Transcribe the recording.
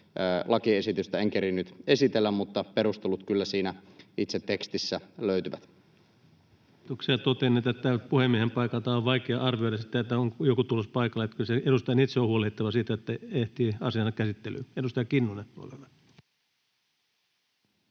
lakiesitystä en kerinnyt esitellä, mutta perustelut kyllä löytyvät siitä itse tekstistä. Kiitoksia. Totean, että täältä puhemiehen paikalta on vaikea arvioida sitä, onko joku tulossa paikalle. Kyllä edustajan itse on huolehdittava siitä, että ehtii asiansa käsittelyyn. — Edustaja Kinnunen,